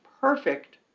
perfect